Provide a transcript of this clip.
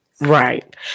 right